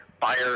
fire